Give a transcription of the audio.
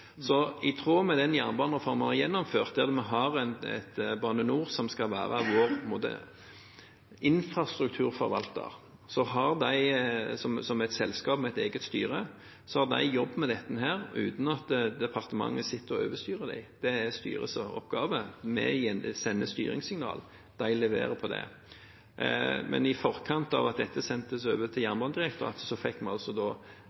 I tråd med den jernbanereformen vi har gjennomført, der Bane NOR skal være vår infrastrukturforvalter, har de – som et selskap med et eget styre – jobbet med dette uten at departementet har sittet og overstyrt dem, det er styrets oppgave. Vi sender styringssignal, de leverer på det. Men i forkant av at dette ble sendt over til Jernbanedirektoratet, fikk vi altså